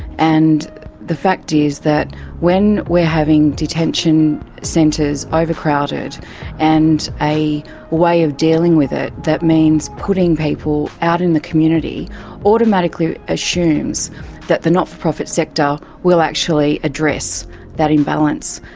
and the fact is that when we're having detention centres overcrowded and a way of dealing with it that means putting people out in the community automatically assumes that the not-for-profit sector will actually address that imbalance.